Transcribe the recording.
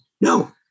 No